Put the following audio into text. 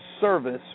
service